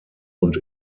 und